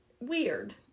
weird